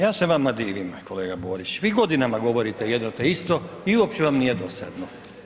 Ja se vama divim kolega Borić, vi godinama govorite jedno te isto i uopće vam nije dosadno.